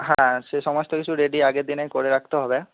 হ্যাঁ সেসমস্ত কিছু রেডি আগের দিনেই করে রাখতে হবে